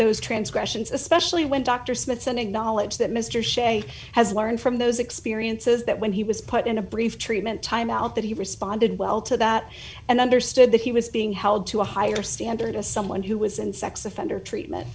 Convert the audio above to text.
those transgressions especially when dr smithson acknowledge that mr sze has learned from those experiences that when he was put in a brief treatment time out that he responded well to that and understood that he was being held to a higher standard as someone who was in sex offender treatment